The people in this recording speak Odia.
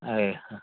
ଆଜ୍ଞା